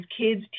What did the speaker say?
kids